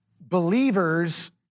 Believers